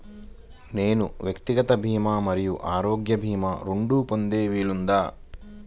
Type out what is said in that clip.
నేను వ్యక్తిగత భీమా మరియు ఆరోగ్య భీమా రెండు పొందే వీలుందా?